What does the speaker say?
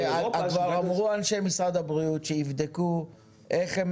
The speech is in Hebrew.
אמרו אנשי משרד הבריאות שיבדקו איך הם